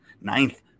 Ninth